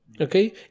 okay